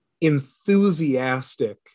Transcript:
enthusiastic